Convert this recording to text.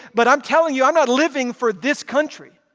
but i'm telling you, i'm not living for this country.